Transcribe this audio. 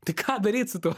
tai ką daryt su tuo